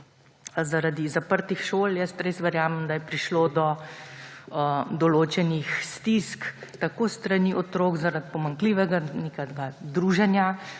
Zaradi zaprtih šol jaz res verjamem, da je prišlo do določenih stisk tako s strani otrok zaradi pomanjkljivega druženja